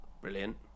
Brilliant